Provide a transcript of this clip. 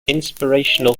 inspirational